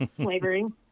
flavoring